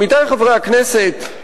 עמיתי חברי הכנסת,